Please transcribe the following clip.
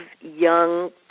young